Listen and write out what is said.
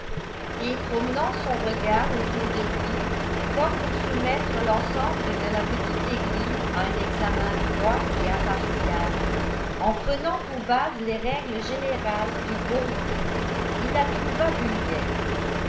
et promenant son regard autour de lui comme pour soumettre l'ensemble de la petite église à un examen froid et impartial en prenant pour base les règles générales du bon goût il la trouva vulgaire